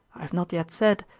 i have not yet said,